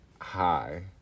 hi